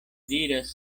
diras